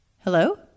Hello